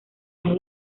las